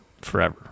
forever